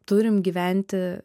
turim gyventi